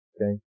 Okay